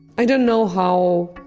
i don't know how